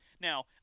Now